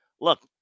look